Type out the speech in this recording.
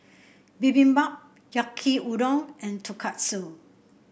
Bibimbap Yaki Udon and Tonkatsu